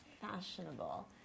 fashionable